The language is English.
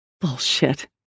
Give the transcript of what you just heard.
Bullshit